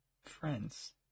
friends